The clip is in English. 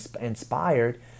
inspired